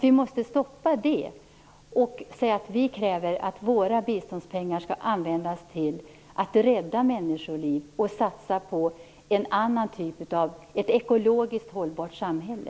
Vi måste stoppa det och kräva att våra biståndspengar skall användas till att rädda människoliv och satsas på en annan typ av samhälle, ett ekologiskt hållbart samhälle.